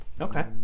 Okay